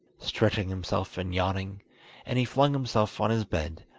stretching himself and yawning and he flung himself on his bed,